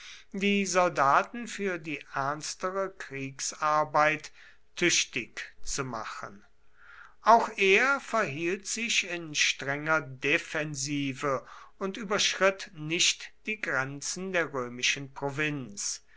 die soldaten für die ernstere kriegsarbeit tüchtig zu machen auch er verhielt sich in strenger defensive und überschritt nicht die grenzen der römischen provinz